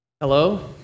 Hello